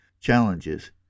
challenges